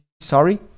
sorry